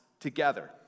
together